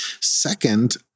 Second